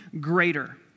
greater